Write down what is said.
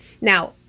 Now